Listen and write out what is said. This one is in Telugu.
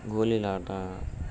గోలీలాట